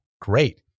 great